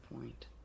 point